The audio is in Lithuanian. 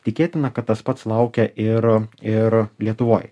tikėtina kad tas pats laukia ir ir lietuvoj